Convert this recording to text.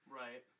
right